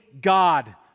God